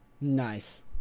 Nice